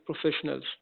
professionals